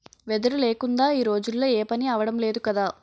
వెదురు లేకుందా ఈ రోజుల్లో ఏపనీ అవడం లేదు కదా